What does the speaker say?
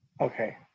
Okay